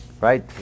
right